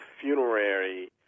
funerary